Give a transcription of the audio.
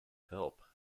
help